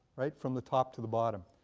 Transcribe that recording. right? from the top to the bottom.